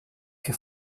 que